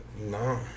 No